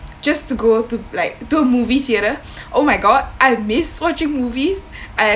just to go to like to a movie theatre oh my god I miss watching movies I